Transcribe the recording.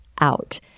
out